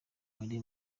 ari